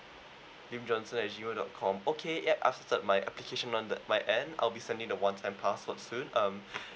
lim johnson at G mail dot com okay yet after my application at my end I'll be sending the ones time password soon um